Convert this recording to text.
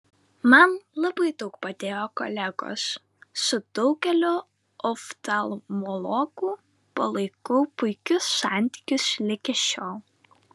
man labai daug padėjo kolegos su daugeliu oftalmologų palaikau puikius santykius ligi šiol